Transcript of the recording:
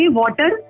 water